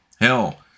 Hell